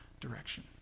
direction